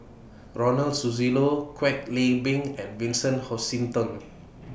Ronald Susilo Kwek Leng Beng and Vincent Hoisington